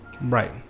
Right